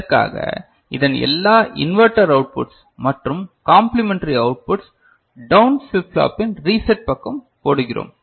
இதற்காக இதன் எல்லா இன்வெர்டர் அவுட்புட்ஸ் மற்றும் complementary outputs down flip ஃப்ளாப்பின் ரீசட் பக்கம் போடுகிறோம்